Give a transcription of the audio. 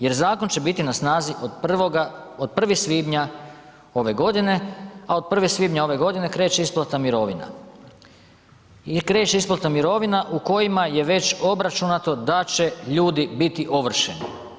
Jer zakon će biti na snazi od 1. svibnja ove godine, a od 1. svibnja ove kreće isplata mirovina i kreće isplata mirovina u kojima je već obračunato da će ljudi biti ovršeni.